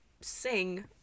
sing